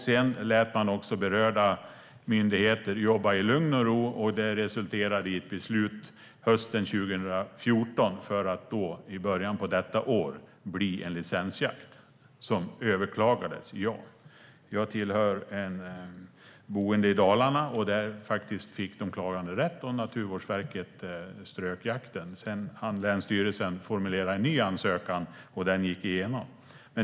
Sedan lät man berörda myndigheter jobba i lugn och ro. Det resulterade i ett beslut hösten 2014 för att sedan i början av detta år bli en licensjakt. Detta överklagades. Jag är boende i Dalarna. Där fick de klagande rätt, och Naturvårdsverket strök jakten. Sedan hann länsstyrelsen formulera en ny ansökan, och den gick igenom.